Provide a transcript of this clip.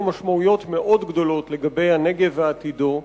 משמעויות מאוד גדולות לגבי הנגב ועתידו.